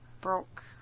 broke